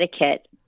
etiquette